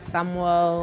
Samuel